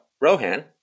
Rohan